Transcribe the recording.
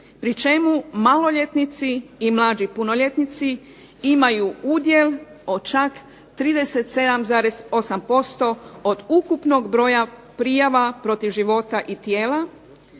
pri čemu maloljetnici i mlađi punoljetnici imaju udjel od čak 37,8% od ukupnog broja prijava protiv života i tijela